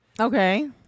Okay